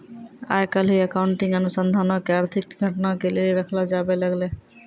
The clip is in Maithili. आइ काल्हि अकाउंटिंग अनुसन्धानो के आर्थिक घटना के लेली रखलो जाबै लागलै